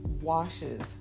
washes